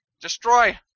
Destroy